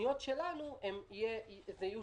התוכניות שלנו יהיו שיווקים,